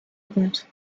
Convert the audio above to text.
compte